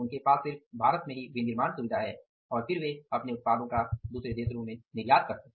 उनके पास सिर्फ भारत में ही विनिर्माण सुविधा है और फिर वे अपने उत्पादों का दूसरे देशों में भी निर्यात करते हैं